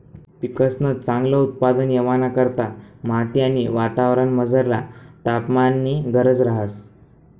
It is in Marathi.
पिकंसन चांगल उत्पादन येवाना करता माती आणि वातावरणमझरला तापमाननी गरज रहास